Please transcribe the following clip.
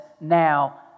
now